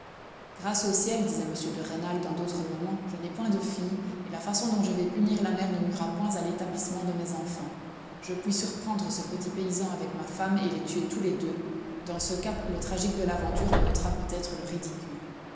grâce au ciel disait m de rênal dans d'autres moments je n'ai point de fille et la façon dont je vais punir la mère ne nuira point à l'établissement de mes enfants je puis surprendre ce petit paysan avec ma femme et les tuer tous les deux dans ce cas le tragique de l'aventure en ôtera peut-être le ridicule